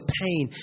pain